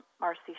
Marcy